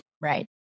Right